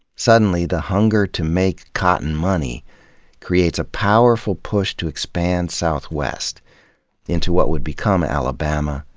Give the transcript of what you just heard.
suddenly, the hunger to make cotton money creates a powerful push to expand southwest into what would become alabama,